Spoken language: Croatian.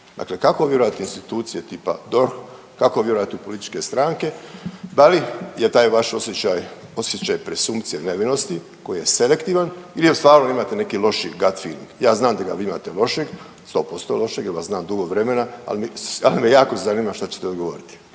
Dakle, kako vjerovati institucije tipa DORH, kako vjerovati u političke stranke, da li je taj vaš osjećaj, osjećaj presumpcije nevinosti koji je selektivan ili stvarno imate neki loši …/nerazumljivo/… ja znam da imate …/nerazumljivo/… ja znam da ga vi imate lošeg, 100% lošeg jer vas znam dugo vremena, ali me jako zanima šta čete odgovoriti.